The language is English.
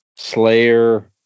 Slayer